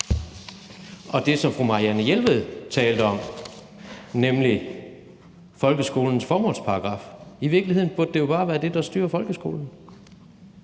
og det, som fru Marianne Jelved talte om, nemlig folkeskolens formålsparagraf? I virkeligheden burde det jo bare være det, der styrede folkeskolen